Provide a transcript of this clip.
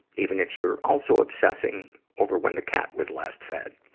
even if you're also obsessing over when the cat was last fed.